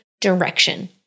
direction